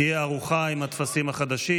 תהיה ערוכה עם הטפסים החדשים.